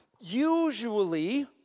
usually